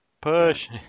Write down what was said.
push